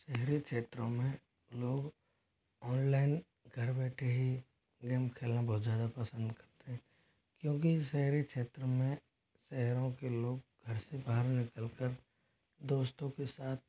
शहरी क्षेत्रों में लोग ऑनलाइन घर बैठे ही गेम खेलना बहुत ज़्यादा पसंद करते हैं क्योंकि शहरी क्षेत्र में शहरों के लोग घर से बाहर निकलकर दोस्तों के साथ